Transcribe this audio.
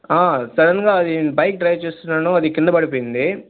సడన్గా అది bike drive చేస్తున్నాను అది కింద పడిపోయింది